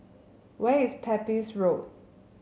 where is Pepys Road